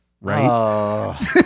right